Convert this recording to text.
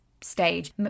stage